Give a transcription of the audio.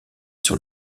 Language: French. sur